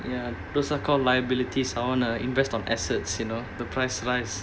ya those are called liabilities I want to invest on assets you know the price rise